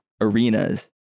arenas